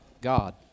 god